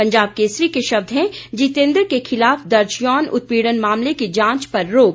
पंजाब केसरी के शब्द हैं जितेन्द्र के खिलाफ दर्ज यौन उत्पीड़न मामले की जांच पर रोक